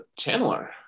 channeler